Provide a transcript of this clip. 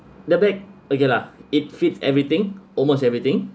the bag okay lah it fit everything almost everything